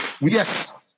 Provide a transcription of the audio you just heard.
Yes